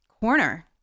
corner